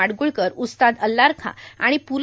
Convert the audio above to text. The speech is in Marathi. माडगुळकर उस्ताद अल्लारखां आणि प्